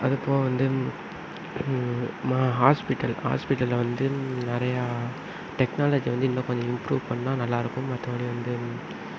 அதுக்கும் வந்து மா ஹாஸ்பிடல் ஹாஸ்பிடலில் வந்து நிறையா டெக்னாலஜி வந்து இன்னும் கொஞ்சம் இம்ப்ரூவ் பண்ணா நல்லாயிருக்கும் மற்றபடி வந்து